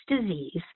disease